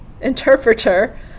interpreter